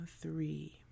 three